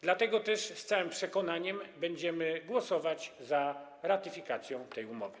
Dlatego też z całym przekonaniem będziemy głosować za ratyfikacją tej umowy.